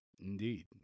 Indeed